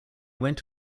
went